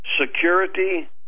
Security